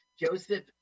Joseph